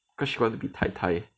cause she wanna be tai tai